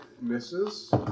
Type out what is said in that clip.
misses